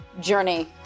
journey